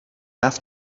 have